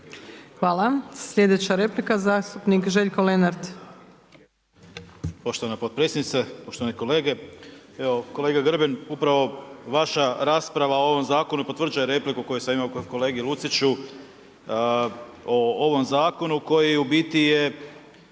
Hvala. Sljedeća replika zastupnik Ante